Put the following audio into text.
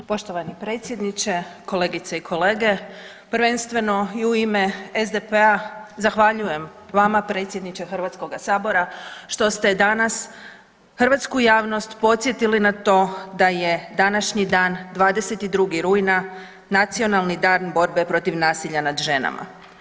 Poštovani predsjedniče, kolegice i kolege, prvenstveno i u ime SDP-a zahvaljujem vama predsjedniče Hrvatskog sabora što ste danas hrvatsku javnost podsjetili na to da je današnji dan 22. rujna Nacionalni dan borbe nasilja nad ženama.